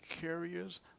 carriers